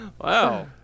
Wow